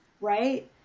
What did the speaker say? Right